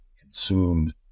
consumed